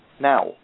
Now